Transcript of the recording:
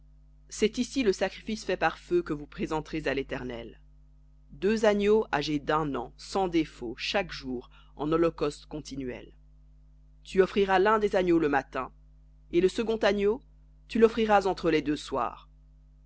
c'est ici le sacrifice fait par feu que vous présenterez à l'éternel deux agneaux âgés d'un an sans défaut chaque jour en holocauste continuel tu offriras l'un des agneaux le matin et le second agneau tu l'offriras entre les deux soirs